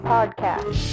Podcast